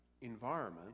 environment